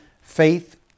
faith